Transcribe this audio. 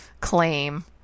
claim